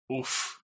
Oof